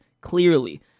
Clearly